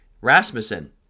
Rasmussen